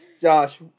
Josh